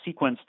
sequenced